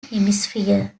hemisphere